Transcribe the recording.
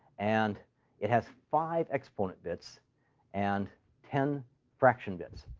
and it has five exponent bits and ten fraction bits.